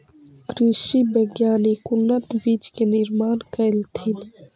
कृषि वैज्ञानिक उन्नत बीज के निर्माण कलथिन